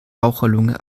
raucherlunge